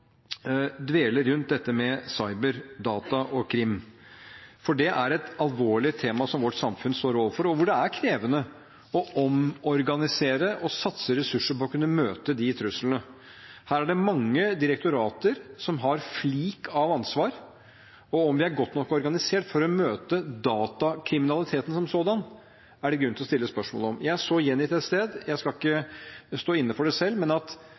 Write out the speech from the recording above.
rundt dette med cyberdata og -krim. Det er et alvorlig tema som vårt samfunn står overfor, hvor det er krevende å omorganisere og satse ressurser på å kunne møte truslene. Her er det mange direktorater som har fliker av ansvar, og om vi er godt nok organisert til å møte datakriminaliteten som sådan, er det grunn til å stille spørsmål om. Jeg så gjengitt et sted – jeg skal ikke stå inne for det selv – at